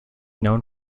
known